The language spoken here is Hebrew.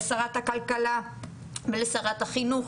לשרת הכלכלה ולשרת החינוך,